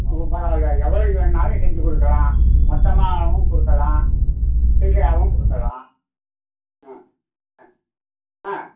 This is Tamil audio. ம் பரவாயில்லை எவ்வளவுக்கு வேணாலும் செஞ்சு கொடுக்கலாம் மொத்தமாகவும் கொடுக்கலாம் சில்லறையாவும் கொடுக்கலாம் ம் ஆ ஆ